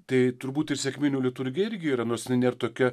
tai turbūt ir sekminių liturgija irgi yra nors ji nėr tokia